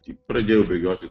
tik pradėjau bėgioti